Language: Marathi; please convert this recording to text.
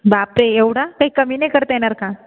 बापरे एवढा काही कमी नाही करता येणार का